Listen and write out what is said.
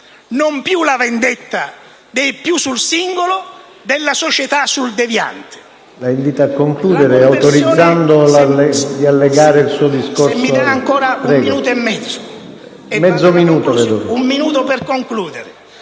Non più la vendetta dei più sul singolo, della società sul deviante.